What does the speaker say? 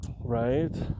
Right